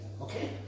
okay